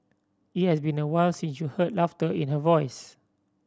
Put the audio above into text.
it has been awhile since you heard laughter in her voice